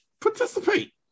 participate